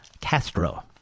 Castro